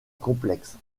complexe